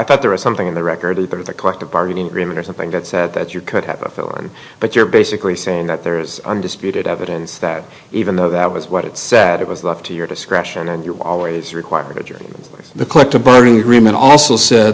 thought there was something in the record at the quite a bargaining agreement or something that said that you could have authority but you're basically saying that there is undisputed evidence that even though that was what it said it was up to your discretion and you're always required during the collective bargaining agreement also said